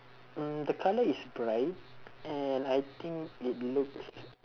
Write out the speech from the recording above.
mm the colour is bright and I think it looks